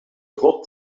groot